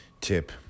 tip